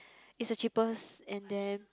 is the cheapest and then